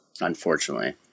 unfortunately